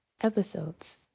episodes